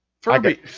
Furby